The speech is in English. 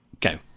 go